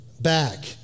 back